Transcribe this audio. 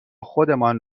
خودمان